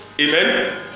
Amen